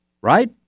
right